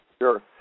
Sure